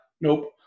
Nope